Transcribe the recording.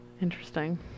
Interesting